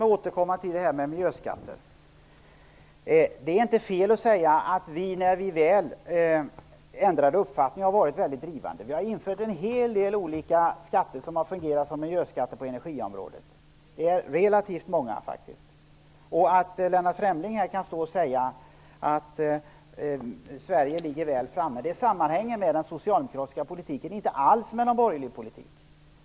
Jag skall återgå till frågan om miljöskatter. Det är inte fel att säga att vi, när vi väl ändrade uppfattning, var väldigt drivande. Vi har infört en hel del olika skatter som har fungerat som miljöskatter på energiområdet. De är relativt många. Lennart Fremling sade här att Sverige ligger väl framme. Det sammanhänger med den socialdemokratiska politiken och inte alls med den borgerliga politiken.